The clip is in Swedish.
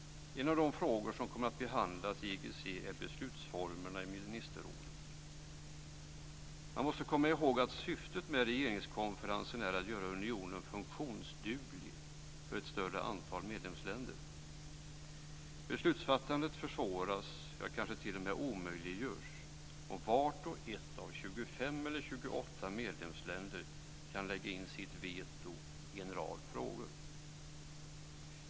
En av de frågor som kommer att behandlas i IGC gäller beslutsformerna i ministerrådet. Man måste komma ihåg att syftet med regeringskonferensen är att göra unionen funktionsduglig för ett större antal medlemsländer. Beslutsfattandet försvåras, och kanske t.o.m. omöjliggörs, om vart och ett av 25 eller 28 medlemsländer kan lägga in sitt veto i en rad frågor.